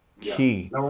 key